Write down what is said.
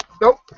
Nope